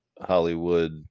Hollywood